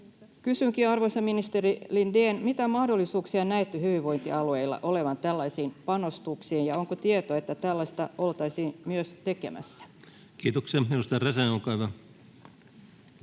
Kysynkin, arvoisa ministeri Lindén: mitä mahdollisuuksia näette hyvinvointialueilla olevan tällaisiin panostuksiin, ja onko tietoa, että tällaista oltaisiin myös tekemässä? [Speech 42] Speaker: